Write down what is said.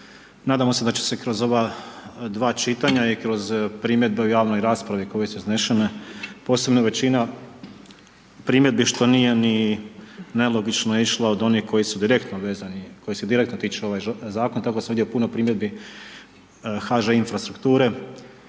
Nadamo se da će se kroz ova dva čitanja i kroz primjedbe o javnoj raspravi koje su iznešene, posebno većina primjedbi što nije ni, nelogično je išlo od onih koji su direktno vezani, kojih se direktno tiče ovaj Zakon, tako su ovdje puno primjedbi HŽ Infrastrukture,